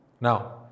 Now